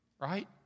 Right